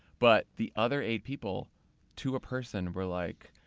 but, the other eight people to a person were like,